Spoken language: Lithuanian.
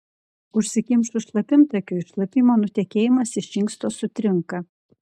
užsikimšus šlapimtakiui šlapimo nutekėjimas iš inksto sutrinka